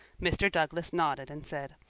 mr. douglas nodded and said,